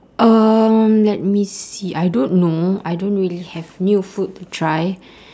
um let me see I don't know I don't really have new food to try